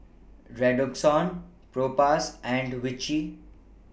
Redoxon Propass and Vichy